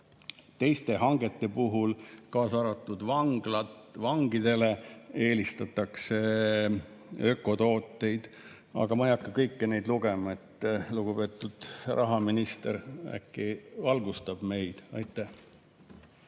teiste hangete puhul, kaasa arvatud vangidele, eelistatakse ökotooteid. Aga ma ei hakka kõiki neid ette lugema. Lugupeetud rahaminister äkki valgustab meid. Aitäh!